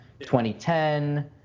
2010